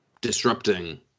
disrupting